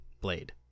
blade